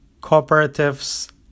cooperatives